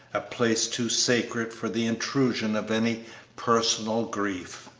a place too sacred for the intrusion of any personal grief.